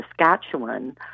Saskatchewan